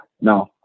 No